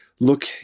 look